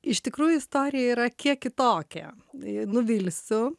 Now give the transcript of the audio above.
iš tikrųjų istorija yra kiek kitokia nuvilsiu